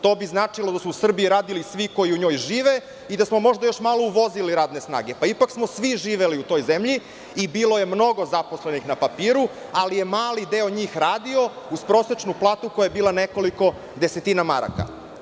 To bi značilo da su u Srbiji radili svi koji u njoj žive i da smo možda još malo uvozili radne snage, pa ipak smo svi živeli u toj zemlji, i bilo je mnogo zaposlenih na papiru, ali je mali deo njih radio uz prosečnu platu koja je bila nekoliko desetina maraka.